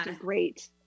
great